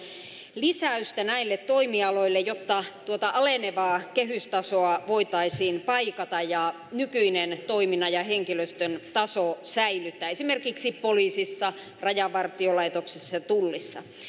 lisäystä näille toimialoille jotta tuota alenevaa kehystasoa voitaisiin paikata ja nykyinen toiminnan ja henkilöstön taso säilyttää esimerkiksi poliisissa rajavartiolaitoksessa ja tullissa